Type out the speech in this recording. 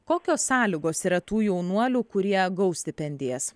kokios sąlygos yra tų jaunuolių kurie gaus stipendijas